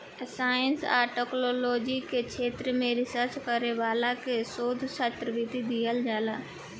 science आ technology के क्षेत्र में रिसर्च करे वाला के शोध छात्रवृत्ति दीहल जाला